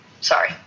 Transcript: sorry